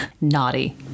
Naughty